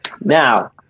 Now